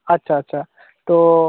আচ্ছা আচ্ছা তো